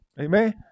Amen